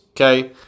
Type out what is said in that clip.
Okay